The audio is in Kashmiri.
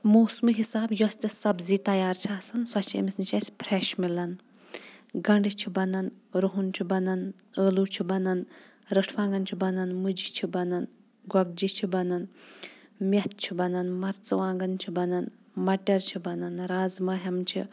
موسمہٕ حساب یۄس تہِ سبٕزی تیار چھِ آسان سۄ چھِ أمِس نِش اسہِ فریش مِلان گنٛڈٕ چھِ بنان رُہن چھُ بنان ٲلو چھِ بنان روٚٹھ وانٛگن چھِ بنان مُجہِ چھِ بنان گۄگجہِ چھِ بنن مٮ۪تھ چھِ بنان مرژٕ وانٛگن چھِ بنان مٹر چھُ بنان رازما ہٮ۪مہٕ چھِ